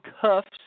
Cuffs